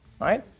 Right